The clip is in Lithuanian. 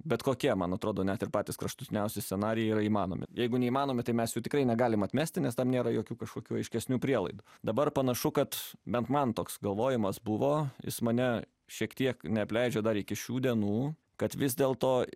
bet kokie man atrodo net ir patys kraštutiniausi scenarijai yra įmanomi jeigu neįmanomi tai mes jų tikrai negalim atmesti nes tam nėra jokių kažkokių aiškesnių prielaidų dabar panašu kad bent man toks galvojimas buvo jis mane šiek tiek neapleidžia dar iki šių dienų kad vis dėl to